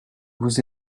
vous